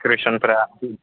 डेक'रेसनफ्रा